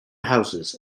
houses